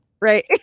Right